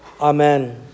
Amen